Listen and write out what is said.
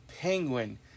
Penguin